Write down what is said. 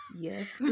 Yes